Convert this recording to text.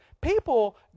People